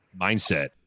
Mindset